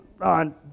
on